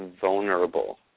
vulnerable